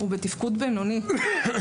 הוא בתפקוד בינוני-נמוך,